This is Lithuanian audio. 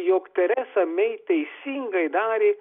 jog teresa mei teisingai darė